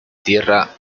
tierra